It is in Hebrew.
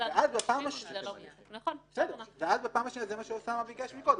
זה מה שאוסאמה ביקש קודם.